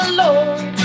lord